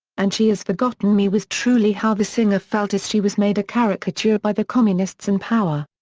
and she has forgotten me was truly how the singer felt as she was made a caricature by the communists in power.